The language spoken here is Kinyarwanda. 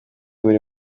buri